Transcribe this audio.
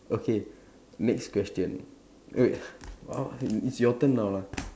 okay next question eh wait uh it it's your turn now lah